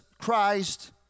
Christ